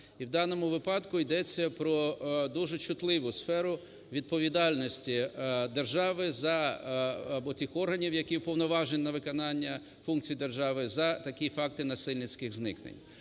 І в даному випадку йдеться про дуже чутливу сферу відповідальності держави за… або тих органів, які уповноважені на виконання функцій держави за такі факти насильницьких зникнень.